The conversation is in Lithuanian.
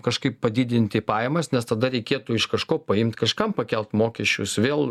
kažkaip padidinti pajamas nes tada reikėtų iš kažko paimt kažkam pakelt mokesčius vėl